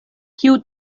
kiu